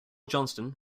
johnston